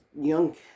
young